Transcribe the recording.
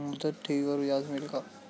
मुदत ठेवीवर व्याज मिळेल का?